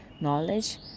knowledge